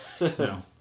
no